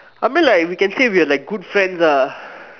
I mean like we can say we're like good friends ah